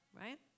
Right